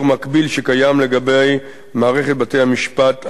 מקביל שקיים לגבי מערכת בתי-המשפט האזרחיים.